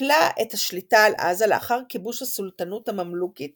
נטלה את השליטה על עזה לאחר כיבוש הסולטנות הממלוכית